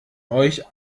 euch